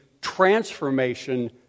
transformation